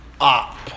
up